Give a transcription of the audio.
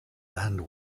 and